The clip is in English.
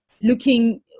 looking